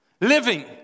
living